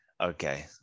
Okay